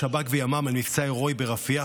שב"כ וימ"מ על מבצע הירואי ברפיח,